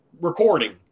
recording